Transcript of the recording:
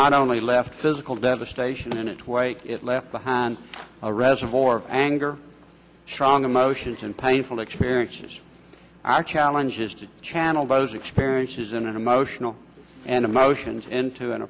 not only left physical devastation it was left behind a reservoir of anger strong emotions and painful experiences are challenges to channel those experiences and emotional and emotions into an